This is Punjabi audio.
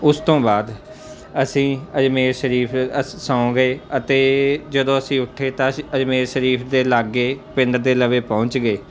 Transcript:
ਉਸ ਤੋਂ ਬਾਅਦ ਅਸੀਂ ਅਜਮੇਰ ਸ਼ਰੀਫ ਅਸੀਂ ਸੌਂ ਗਏ ਅਤੇ ਜਦੋਂ ਅਸੀਂ ਉੱਠੇ ਤਾਂ ਅਸੀਂ ਅਜਮੇਰ ਸ਼ਰੀਫ ਦੇ ਲਾਗੇ ਪਿੰਡ ਦੇ ਲਵੇ ਪਹੁੰਚ ਗਏ